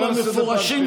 תדאג לחקלאים בבקעת הירדן,